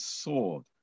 sword